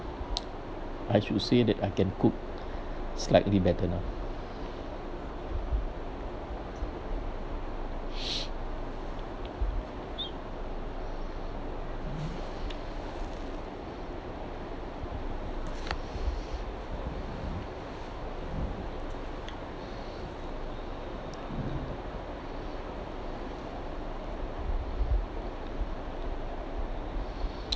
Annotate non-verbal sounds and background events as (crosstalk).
I should say that I can cook slightly better now (breath)